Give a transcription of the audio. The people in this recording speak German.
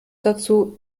dazu